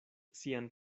sian